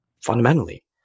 fundamentally